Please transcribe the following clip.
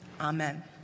Amen